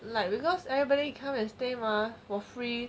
like because everybody come and stay mah for free